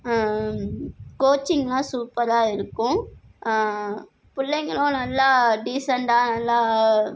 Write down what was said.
கோச்சிங்லாம் சூப்பராக இருக்கும் பிள்ளைங்களும் நல்லா டீசண்டாக நல்லா